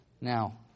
Now